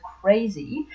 Crazy